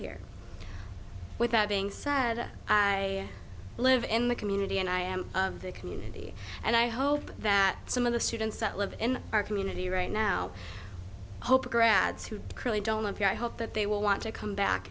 here without being sad i live in the community and i am a community and i hope that some of the students that live in our community right now hope grads who cruelly don't live here i hope that they will want to come back